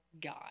God